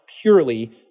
purely